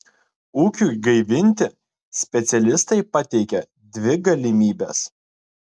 ūkiui gaivinti specialistai pateikia dvi galimybes